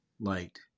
light